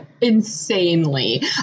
insanely